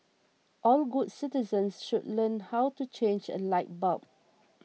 all good citizens should learn how to change a light bulb